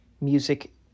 music